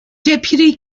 deputy